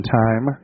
time